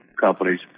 companies